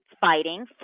fighting